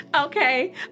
Okay